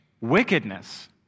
wickedness